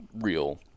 real